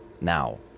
now